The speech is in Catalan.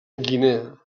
guinea